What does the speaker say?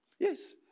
Yes